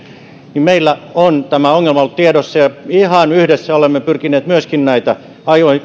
meillä on tämä ongelma ollut tiedossa ja ihan yhdessä olemme pyrkineet myöskin näitä